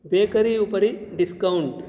bakery उपरि discount